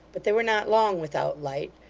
but they were not long without light,